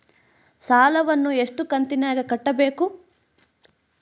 ಸಾಲವನ್ನ ಎಷ್ಟು ಕಂತಿನಾಗ ಕಟ್ಟಬೇಕು?